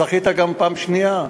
זכית גם פעם שנייה,